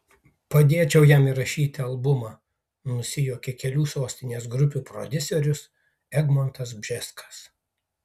padėčiau jam įrašyti albumą nusijuokė kelių sostinės grupių prodiuseris egmontas bžeskas